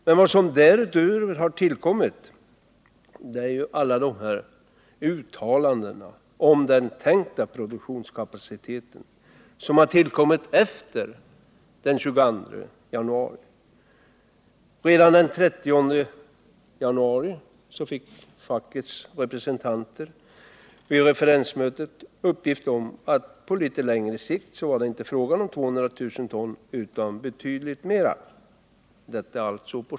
Men vad som därutöver har tillkommit är alla de uttalanden om den tänkta produktionskapaciteten som har tillkommit efter den 22 januari. Redan den 30 januari fick fackets representanter vid referensmötet uppgift om att på litet längre sikt var det inte fråga om 200000 ton utan betydligt mer.